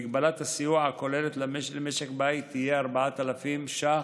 מגבלת הסיוע הכוללת למשק בית תהיה 4,000 שקלים,